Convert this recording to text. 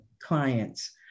clients